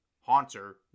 Haunter